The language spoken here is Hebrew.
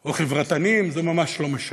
או חברתנים, זה ממש לא משנה.